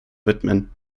widmen